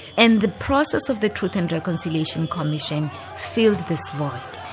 and the process of the truth and reconciliation commission filled this void,